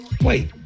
Wait